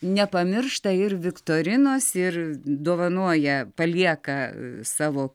nepamiršta ir viktorinos ir dovanoja palieka e savo